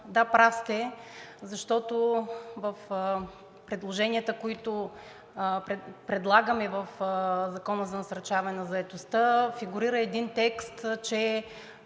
прав сте, защото в предложенията, които предлагаме в Закона за насърчаване на заетостта, фигурира един текст, че